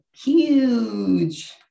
huge